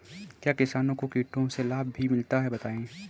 क्या किसानों को कीटों से लाभ भी मिलता है बताएँ?